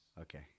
Okay